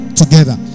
together